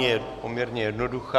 Je poměrně jednoduchá.